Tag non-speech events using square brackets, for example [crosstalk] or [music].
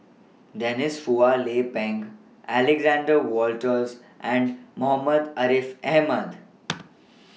Denise Phua Lay Peng Alexander Wolters and Muhammad Ariff Ahmad [noise]